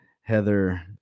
Heather